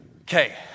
Okay